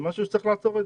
זה משהו שצריך לעצור אותו.